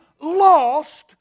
lost